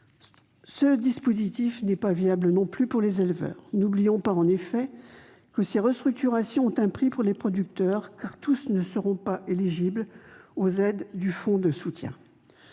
Ce dispositif n'est pas viable non plus pour les éleveurs. N'oublions pas en effet que ces restructurations ont un prix et que tous les producteurs ne seront pas éligibles aux aides du fonds de soutien.